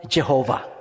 Jehovah